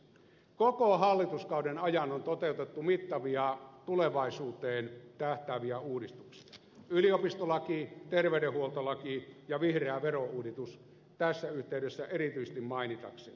koko hallituskauden ajan on toteutettu mittavia tulevaisuuteen tähtääviä uudistuksia yliopistolaki terveydenhuoltolaki ja vihreä verouudistus tässä yhteydessä erityisesti mainitakseni